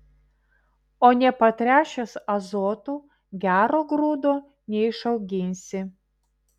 o nepatręšęs azotu gero grūdo neišauginsi